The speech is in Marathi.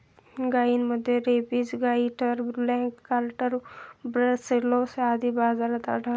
गायींमध्ये rabies, goitre, black quarter, brucellosis आदी आजार आढळतात